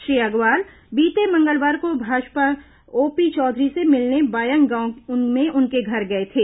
श्री अग्रवाल बीते मंगलवार को भाजपा नेता ओपी चौधरी से मिलने बायंग गांव में उनके घर गए थे